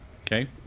Okay